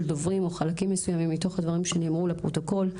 דוברים או חלקים מסוימים מתוך הדברים שנאמרו לפרוטוקול ,